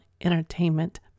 entertainment